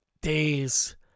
Days